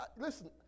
listen